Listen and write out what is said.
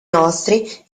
nostri